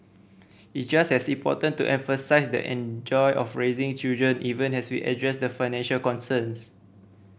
it's just as important to emphasise the enjoy of raising children even as we address the financial concerns